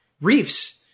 reefs